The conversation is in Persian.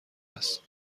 است